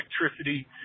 electricity